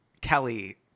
Kelly